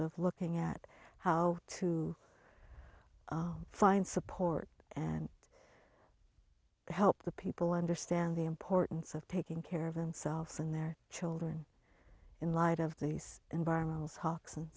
of looking at how to find support and help the people understand the importance of taking care of themselves and their children in light of these environmental